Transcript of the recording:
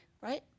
right